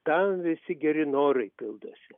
tam visi geri norai pildosi